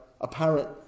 apparent